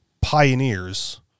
pioneers